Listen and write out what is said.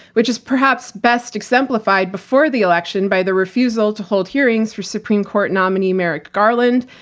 which is perhaps best exemplified before the election, by the refusal to hold hearings for supreme court nominee, merrick garland.